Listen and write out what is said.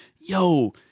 yo